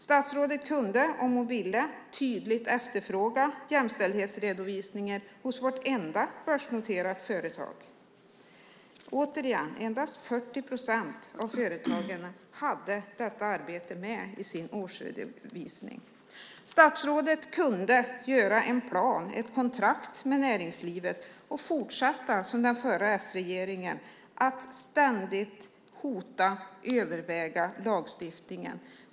Statsrådet kunde, om hon ville, tydligt efterfråga jämställdhetsredovisningar hos vårt enda börsnoterade företag. Återigen: Endast 40 procent av företagen hade detta arbete med i sin årsredovisning. Statsrådet kunde göra en plan, ett kontrakt med näringslivet, och fortsätta som den förra s-regeringen att ständigt hota med att överväga lagstiftning.